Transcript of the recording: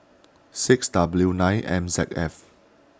six W nine M Z F